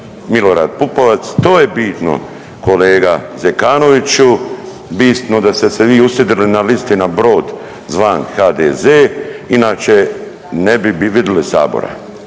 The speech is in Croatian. Milorad Pupovac, to je bitno kolega Zekanoviću, bitno da ste se vi usidrili na listi na brod zvan HDZ inače ne bi vidjeli sabora.